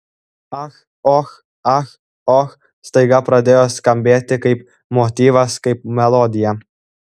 ach och ach och staiga pradėjo skambėti kaip motyvas kaip melodija